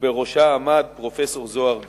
ובראשה עמד פרופסור זוהר גושן,